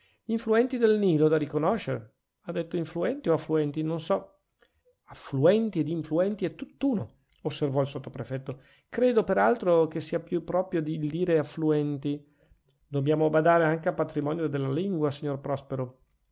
influenti del nilo da riconoscere ha detto influenti o affluenti non so affluenti ed influenti è tutt'uno osservò il sottoprefetto credo per altro che sia più proprio il dire affluenti dobbiamo badare anche al patrimonio della lingua signor prospero